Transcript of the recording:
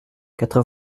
quatre